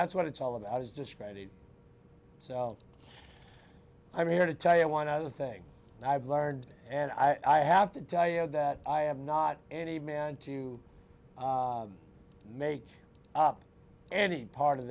that's what it's all about is discredited so i'm here to tell you one other thing i've learned and i have to tell you that i am not any man to make up any part of